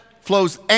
flows